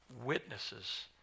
witnesses